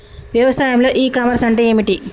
వ్యవసాయంలో e commerce అంటే ఏమిటి?